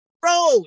bro